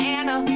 Anna